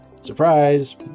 Surprise